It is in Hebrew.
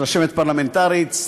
רשמת פרלמנטרית,